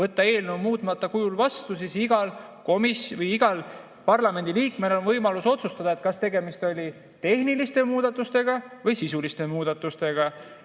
võtta eelnõu muutmata kujul vastu, siis igal parlamendiliikmel on võimalus otsustada, kas tegemist oli tehniliste muudatustega või sisuliste muudatustega.